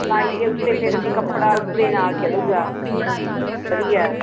ply ਦੇ ਉੱਤੇ ਫਿਰ ਅਸੀਂ ਕੱਪੜਾ ਉੱਤੇ ਨਾਲ ਚੜ੍ਹੇਗਾ ਵਧੀਆ